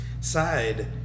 side